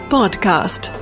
Podcast